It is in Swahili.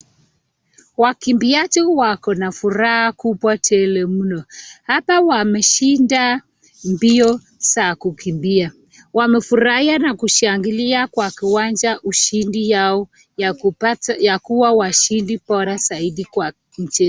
Wakimbiaji wako na furaha kubwa tele mno. Hapa wameshinda mbio za kukimbia. Wamefurahia na kushangilia kwa kiwanja ushindi yao ya kupata ya kuwa washindi bora zaidi kwa mchezo.